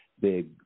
big